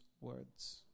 words